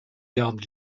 garde